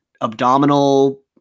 abdominal